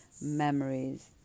memories